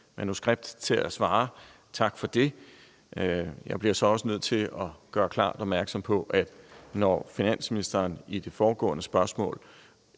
manuskript til at svare. Tak for det. Jeg bliver så også nødt til at gøre klart opmærksom på, at når finansministeren i det foregående spørgsmål